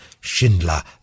Schindler